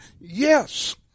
yes